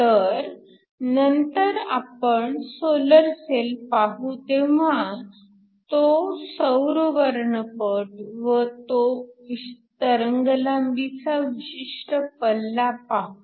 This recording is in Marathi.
तर नंतर आपण सोलर सेल पाहू तेव्हा तो सौर वर्णपट व तो तरंगलांबीचा विशिष्ट पल्ला पाहू